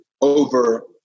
over